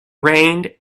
rained